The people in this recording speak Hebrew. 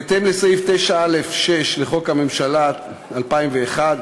בהתאם לסעיף 9(א)(6) לחוק הממשלה, התשס"א 2001,